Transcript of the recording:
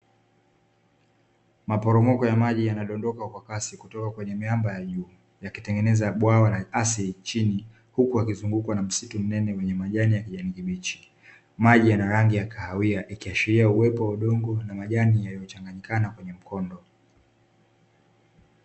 Maporomoko ya maji yanadondoka kwa kasi yakitoka kwenye miamba ya juu yakitengeneza bwawa la asili chini maji yanarangi ya kahawia yakiahashiria mchanganyiko wa majani